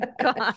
God